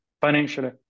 financially